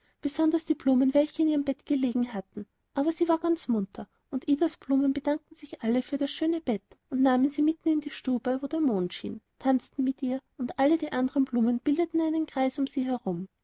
besonders die blumen welche in ihrem bett gelegen hatten aber sie war ganz munter und idas blumen bedankten sich alle für das schöne bett und nahmen sie mitten in die stube wo der mond schien tanzten mit ihr und alle die andern blumen bildeten einen kreis um sie herum